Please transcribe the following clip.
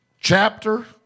chapter